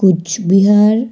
Cooch Behar